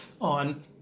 on